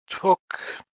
took